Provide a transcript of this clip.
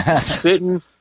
sitting